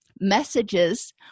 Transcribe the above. messages